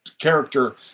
character